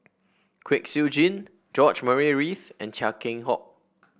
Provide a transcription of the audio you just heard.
Kwek Siew Jin George Murray Reith and Chia Keng Hock